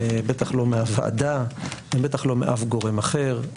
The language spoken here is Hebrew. בטח לא מהוועדה, בטח לא מאף גורם אחר.